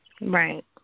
Right